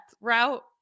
route